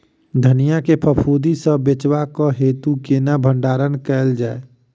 धनिया केँ फफूंदी सऽ बचेबाक हेतु केना भण्डारण कैल जाए?